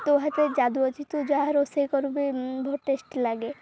ତୁ ହାତରେ ଯାଦୁ ଅଛି ତୁ ଯାହା ରୋଷେଇ କରୁ ବି ବହୁ ଟେଷ୍ଟି ଲାଗେ